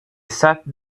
sat